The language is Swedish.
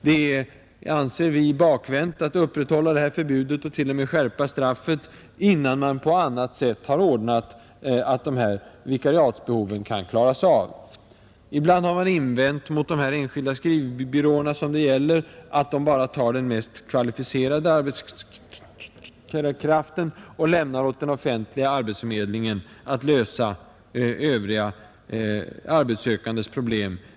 Vi anser det bakvänt att upprätthålla detta förbud och t.o.m. skärpa straffet, innan man på annat sätt har ordnat så att vikariatsbehoven kan fyllas, Ibland har man invänt mot de enskilda skrivbyråerna att de bara tar den mest kvalificerade arbetskraften och lämnar åt den offentliga arbetsförmedlingen att lösa övriga arbetssökandes problem.